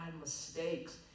mistakes